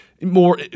more